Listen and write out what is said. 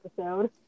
episode